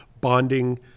bonding